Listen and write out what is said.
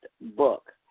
book